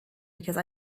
because